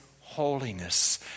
holiness